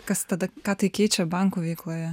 kas tada ką tai keičia bankų veikloje